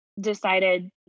decided